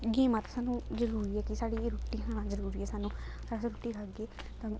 गेमां ते सानूं जरूरी ऐ कि साढ़ी रुट्टी खाना जरूरी ऐ सानूं अस रुट्टी खागे तां